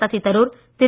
Sasi Tharoor Thiru